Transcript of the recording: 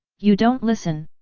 you don't listen!